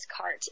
cart